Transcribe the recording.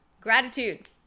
Gratitude